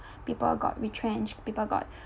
people got retrenched people got